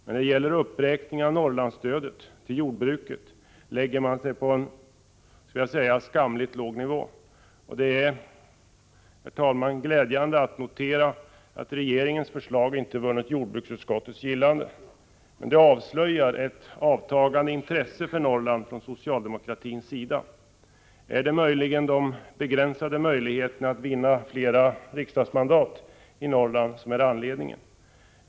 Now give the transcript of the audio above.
Men när det gäller uppräkning av Norrlandsstödet i jordbruket lägger man sig på en skamligt låg nivå. Det är, herr talman, glädjande att notera att regeringens förslag inte vunnit jordbruksutskottets gillande. Men det avslöjar ett avtagande intresse för Norrland från socialdemokratins sida. Är det möjligen de begränsade möjligheterna att vinna riksdagsmandat i Norrland som är anledningen?